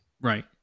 Right